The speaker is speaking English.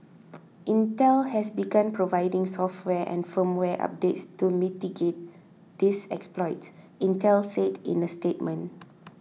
Intel has begun providing software and firmware updates to mitigate these exploits Intel said in a statement